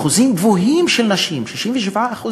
כאשר אחוזים גבוהים של נשים, 67%,